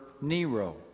Nero